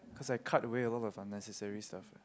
cause I cut away a lot of unnecessary stuff